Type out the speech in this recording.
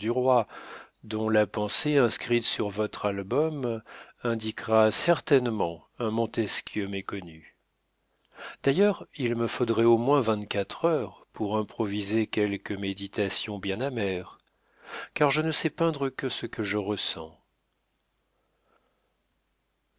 dont la pensée inscrite sur votre album indiquera certainement un montesquieu méconnu d'ailleurs il me faudrait au moins vingt-quatre heures pour improviser quelque méditation bien amère car je ne sais peindre que ce que je ressens